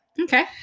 Okay